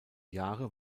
jahre